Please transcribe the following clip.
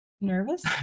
Nervous